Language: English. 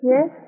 Yes